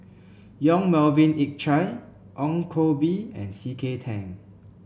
Yong Melvin Yik Chye Ong Koh Bee and C K Tang